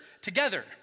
together